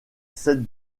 sept